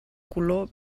color